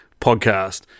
podcast